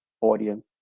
audience